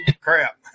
Crap